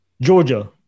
Georgia